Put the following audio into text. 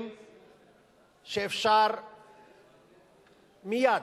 יש דברים שאפשר מייד,